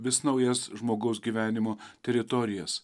vis naujas žmogaus gyvenimo teritorijas